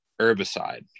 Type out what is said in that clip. herbicide